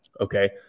Okay